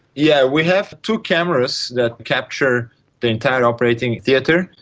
yeah we have two cameras that capture the entire operating theatre.